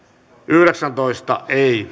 yhdeksäntoista